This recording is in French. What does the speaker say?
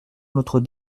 notre